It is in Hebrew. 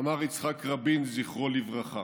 אמר יצחק רבין, זכרו לברכה.